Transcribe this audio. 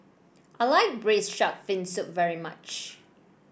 I like Braised Shark Fin Soup very much